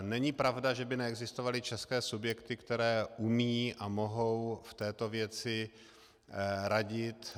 Není pravda, že by neexistovaly české subjekty, které umí a mohou v této věci radit.